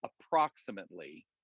approximately